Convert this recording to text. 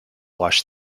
wash